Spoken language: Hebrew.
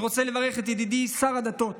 אני רוצה לברך את ידידי שר הדתות